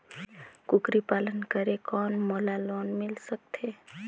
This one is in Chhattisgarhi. कूकरी पालन करे कौन मोला लोन मिल सकथे?